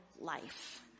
life